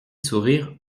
sourire